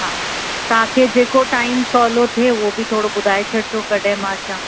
हा तव्हांखे जेको टाइम सहूलो थथिए उहो बि थोरो ॿुधाए छॾिजो कॾहिं मां अचां